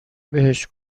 بهش